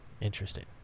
Interesting